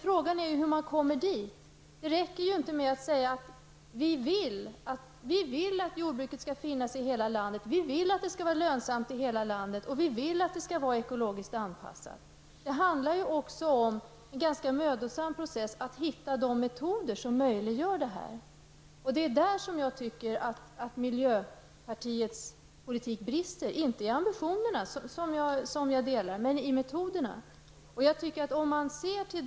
Frågan är hur man kommer dit. Det räcker inte med att säga att vi vill att jordbruket skall finnas i hela landet, att det skall vara lönsamt i hela landet och att det skall vara ekologiskt anpassat. Det handlar även om den ganska mödosamma processen att hitta de metoder som möjliggör detta. Där tycker jag att miljöpartiets politik brister: inte i ambitionen, som jag delar, men i metoderna.